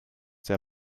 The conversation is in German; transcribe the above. der